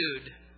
attitude